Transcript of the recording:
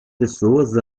pessoas